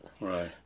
right